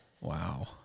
Wow